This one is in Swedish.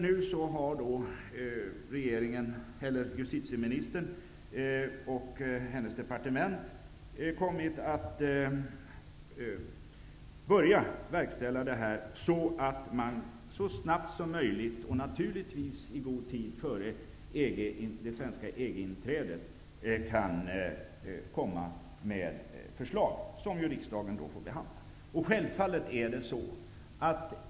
Nu har justitieministern och hennes departement börjat verkställa detta så att man så snabbt som möjligt, och naturligtvis i god tid före det svenska EG inträdet, kan komma med förslag, som riksdagen får behandla.